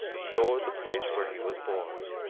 nor the place where he was born.